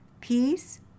Peace